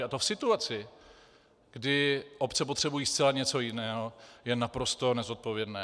A to v situaci, kdy obce potřebují zcela něco jiného, je naprosto nezodpovědné.